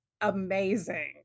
amazing